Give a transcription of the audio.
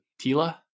Tila